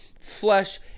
flesh